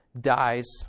dies